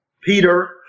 Peter